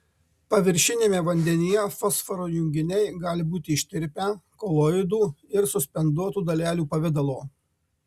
paviršiniame vandenyje fosforo junginiai gali būti ištirpę koloidų ir suspenduotų dalelių pavidalo